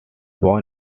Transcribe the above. born